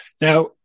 now